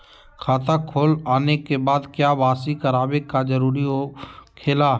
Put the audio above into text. खाता खोल आने के बाद क्या बासी करावे का जरूरी हो खेला?